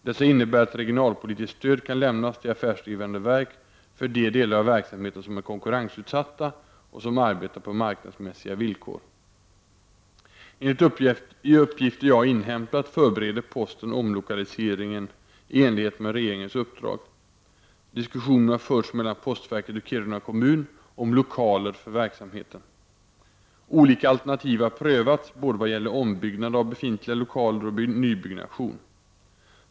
Dessa innebär att regionalpolitiskt stöd kan lämnas till affärsdrivande verk för de delar av verksamheten som är konkurrensutsatta och som arbetar på marknadsmässiga villkor. Enligt uppgifter jag inhämtat förbereder posten omlokaliseringen i enlighet med regeringens uppdrag. Diskussioner har förts mellan postverket och Kiruna kommun om lokaler för verksamheten. Olika alternativ har prövats både vad gäller ombyggnad av befintliga lokaler och nybyggnation.